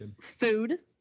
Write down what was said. Food